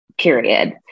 period